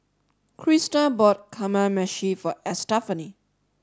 Crista bought Kamameshi for Estefany